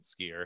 skier